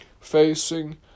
facing